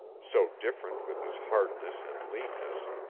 so different with his hardness and leanness,